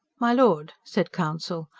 my lord, said counsel,